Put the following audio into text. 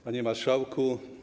Panie Marszałku!